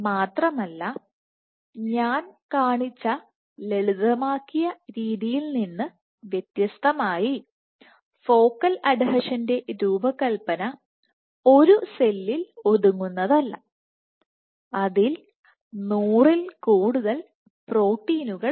മാത്രമല്ല ഞാൻ കാണിച്ച ലളിതമാക്കിയ രീതിയിൽ നിന്ന് വ്യത്യസ്തമായി ഫോക്കൽ അഡ്ഹെഷൻറെ രൂപകൽപ്പന ഒരു സെല്ലിൽ ഒതുങ്ങുന്നതല്ല അതിൽ 100 ൽ കൂടുതൽ പ്രോട്ടീനുകളുണ്ട്